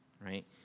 right